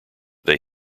they